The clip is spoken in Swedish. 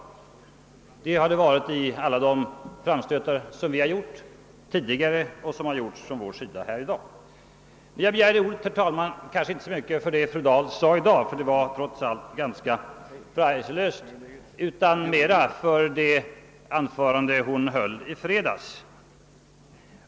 Det har det varit i alla de framstötar som vi har gjort tidigare och som har gjorts från vår sida här i dag. Jag begärde emellertid, herr talman, ordet inte så mycket med anledning av vad fru Dahl sade i dag — det var trots allt ganska oförargligt — utan mera på grund av det anförande hon höll i fredags.